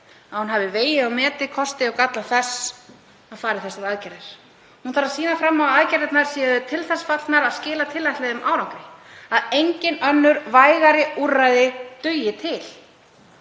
að hún hafi vegið og metið kosti og galla þess að fara í þessar aðgerðir. Hún þarf að sýna fram á að aðgerðirnar séu til þess fallnar að skila tilætluðum árangri, að engin önnur vægari úrræði dugi til.